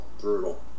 brutal